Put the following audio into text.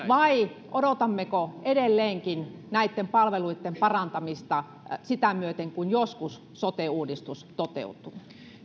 vai odotammeko edelleenkin näitten palveluitten parantamista sitä myöten kun joskus sote uudistus toteutuu